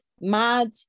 mad